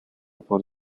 por